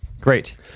Great